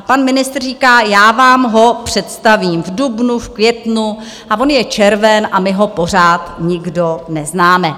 Pan ministr říká, já vám ho představím v dubnu, v květnu a on je červen a my ho pořád nikdo neznáme.